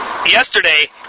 Yesterday